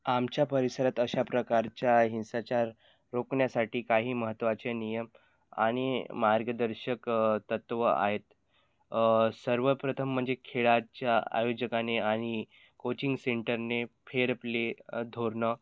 आमच्या परिसरात अशा प्रकारच्या हिंसाचार रोखण्यासाठी काही महत्त्वाचे नियम आणि मार्गदर्शक तत्त्व आहेत सर्वप्रथम म्हणजे खेळाच्या आयोजकाने आणि कोचिंग सेंटरने फेर प्ले धोरणं